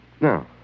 Now